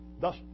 Thus